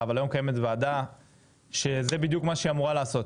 אבל היום קיימת ועדה שזה בדיוק מה שהיא אמורה לעשות,